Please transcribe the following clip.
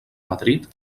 madrid